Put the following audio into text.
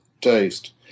taste